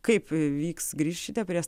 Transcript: kaip vyks grįšite prie